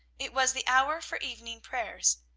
it was the hour for evening prayers.